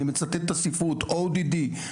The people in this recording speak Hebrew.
אני מצטט את הספרות ODD,